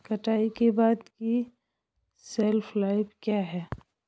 कटाई के बाद की शेल्फ लाइफ क्या है?